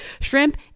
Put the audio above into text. shrimp